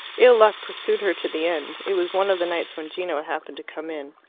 ill luck pursued her to the end. it was one of the nights when gino happened to come in.